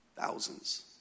Thousands